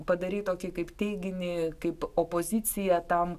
padarei tokį kaip teiginį kaip opoziciją tam